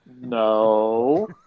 No